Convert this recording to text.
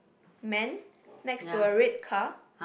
man next to a red car